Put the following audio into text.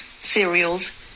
cereals